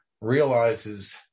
realizes